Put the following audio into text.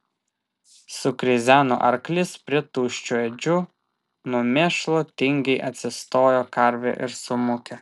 sukrizeno arklys prie tuščių ėdžių nuo mėšlo tingiai atsistojo karvė ir sumūkė